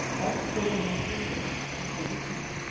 ex-burgomaster of dort, his native town,